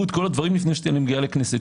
את כל הדברים לפני שאני מגיעה לכנסת.